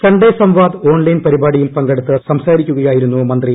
Sunday Samvad online പരിപാടിയിൽ പങ്കെടുത്ത് സംസാരിക്കുകയായിരുന്നു മന്ത്രി